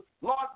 Lord